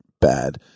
bad